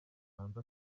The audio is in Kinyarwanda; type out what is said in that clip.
hanze